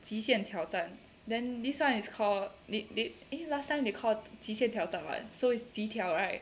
极限挑战 then this [one] is called did did eh last time they called 极限挑战 [one] so is 极挑 right